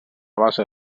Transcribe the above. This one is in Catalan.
base